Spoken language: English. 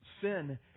sin